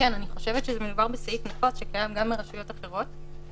חושבת שמדובר בסעיף נפוץ שקיים גם ברשויות אחרות.